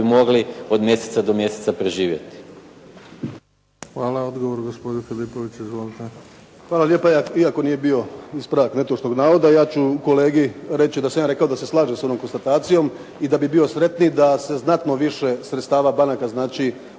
mogli od mjeseca do mjeseca preživjeti.